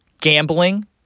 Gambling